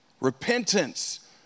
Repentance